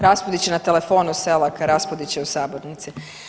Raspudić na telefonu, Selak Raspudić je u sabornici.